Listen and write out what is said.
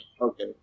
Okay